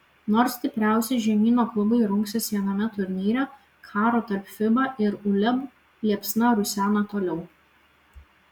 nors stipriausi žemyno klubai rungsis viename turnyre karo tarp fiba ir uleb liepsna rusena toliau